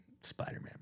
Spider-Man